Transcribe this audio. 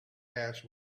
ash